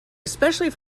especially